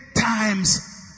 times